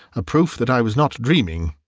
a proof that i was not dreaming.